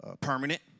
permanent